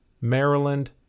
Maryland